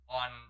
on